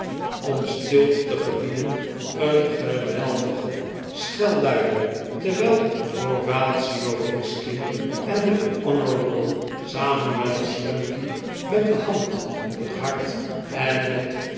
om stilte te gebieden een geweldige schel luidde terwijl horatio fizkin en de honourable samuel slumkey met de hand op net hart en met